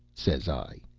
says i.